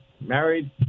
married